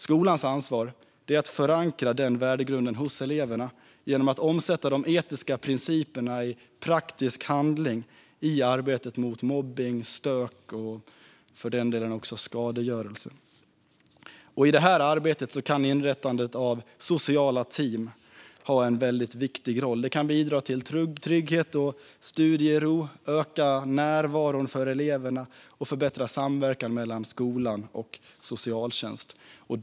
Skolans ansvar är att förankra denna värdegrund hos eleverna genom att omsätta de etiska principerna i praktisk handling i arbetet mot mobbning och stök och för den delen också mot skadegörelse. I detta arbete kan inrättande av sociala team ha en viktig roll. De kan bidra till trygghet och studiero, öka närvaron för eleverna och förbättra samverkan mellan skola och socialtjänst.